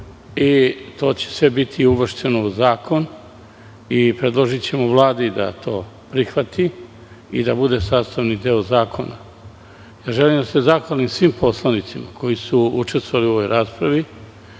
To će sve biti uvršteno u zakon. Predložićemo Vladi da to prihvati i da bude sastavni deo zakona. Želim da se zahvalim svim poslanicima koji su učestvovali u ovoj raspravi,